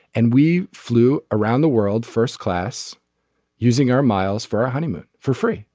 and we flew around the world first class using our miles for our honeymoon for free.